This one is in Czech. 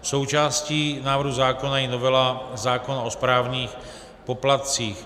Součástí návrhu zákona je novela zákona o správních poplatcích.